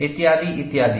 इत्यादि इत्यादि